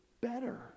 better